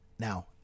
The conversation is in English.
Now